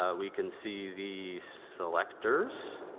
ah we can see the selectors.